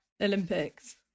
Olympics